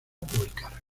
publicar